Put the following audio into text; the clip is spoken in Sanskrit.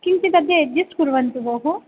किञ्चिदपि अड्जस्ट् कुर्वन्तु बोः